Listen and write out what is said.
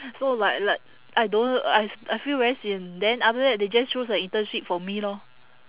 so like like I don't I I feel very sian then after that they just choose a internship for me lor